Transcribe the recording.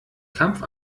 kampf